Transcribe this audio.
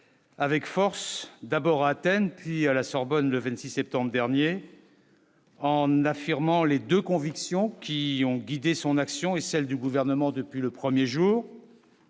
avec force d'abord à Athènes puis à la Sorbonne le 26 septembre dernier. En affirmant les 2 convictions qui ont guidé son action et celle du gouvernement depuis le 1er jour.